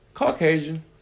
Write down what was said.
Caucasian